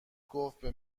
گفتبه